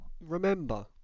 remember